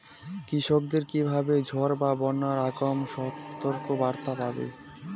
কৃষকেরা কীভাবে ঝড় বা বন্যার আগাম সতর্ক বার্তা পাবে?